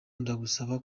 ndagusaba